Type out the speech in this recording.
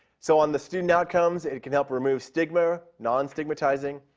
so on the student outcomes, it can help remove stigma, non-stigmatizing,